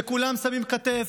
שכולם שמים כתף,